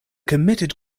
committed